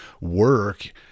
work